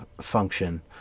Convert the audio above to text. function